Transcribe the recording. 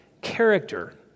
character